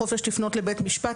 החופש לפנות לבית המשפט.